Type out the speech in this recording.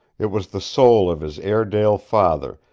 it was the soul of his airedale father,